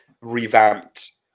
revamped